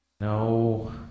No